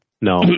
No